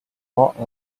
lot